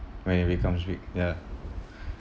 when it becomes weak ya